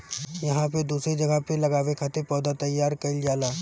इहां पे दूसरी जगह पे लगावे खातिर पौधा तईयार कईल जाला